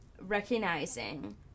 recognizing